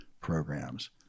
programs